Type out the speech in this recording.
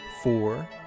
Four